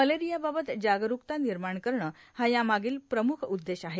मलेरियाबाबत जागरूकता निर्माण करणं हा यामागील प्रमुख उद्देश आहे